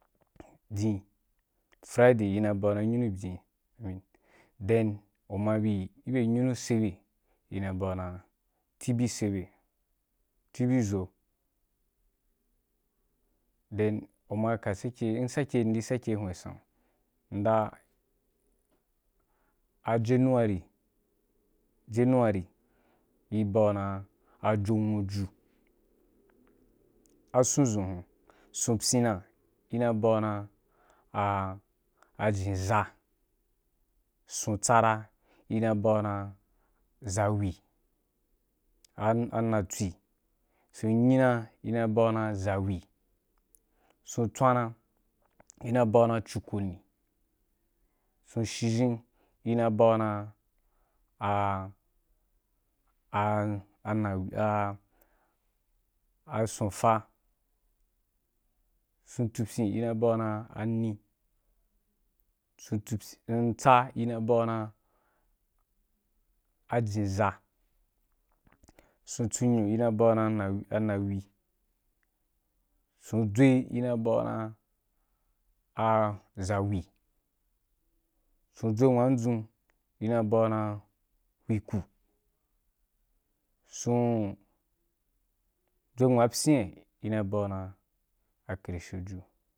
Byin. Friday ina bagu dan nyunu byin then u ma bi gi bye nyunu sebe ina ba’u dan tibi sebe – ti be zo. Then u ma sake, m’di sake hwin sangu. M’dan a january i ba gu dan a jonwu ju, a sun dʒun hun sun pyin ina yi bagu dan a a zhen za, sun tsara ina yi bagu dan ra zauri a natswi sun nyina, ina yi ba gu dan zauri, sun tswana ina yi ba gun dan cukuni, sun shizen i na yi bagu dan a a a a a na a sun fa, sun tsupyin in a yi ba’u dan a ni, sun ntsa, ina yi ba’u dan a jenza sun tsunyu in a ba’u dan a nawi, sun dʒwei ina yi ba’u dan a za ri, sun dʒwei wan dʒun in a yi ba’u dan hweku, sun dʒwei wan pyina i na yi ba’u dan a karshe ju.